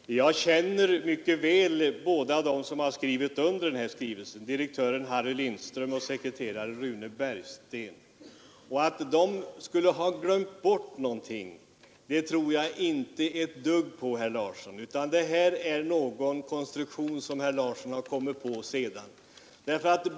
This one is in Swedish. Herr talman! Jag känner mycket väl båda de personer som skrivit under den här skrivelsen — direktören Harry Lindström och sekreteraren Rune Bergsten. Och att de skulle ha glömt bort någonting tror jag inte ett dugg på, herr Larsson i Umeå, utan det här är någon konstruktion som herr Larsson kommit på efteråt.